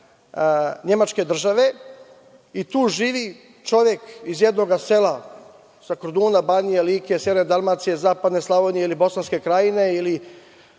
nemačke države, i tu živi čovek iz jednog sela sa Korduna, Banije, Like, sever Dalmacije, zapadne Slavonije, ili Bosanske Krajine, ili